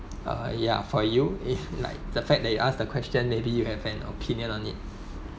uh ya for you if like the fact that you ask the question maybe you have an opinion on it